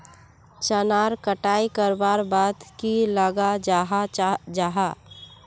चनार कटाई करवार बाद की लगा जाहा जाहा?